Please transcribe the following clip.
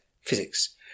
physics